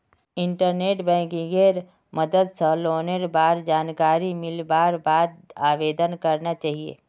internet बैंकिंगेर मदद स लोनेर बार जानकारी लिबार बाद आवेदन करना चाहिए